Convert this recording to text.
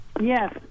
Yes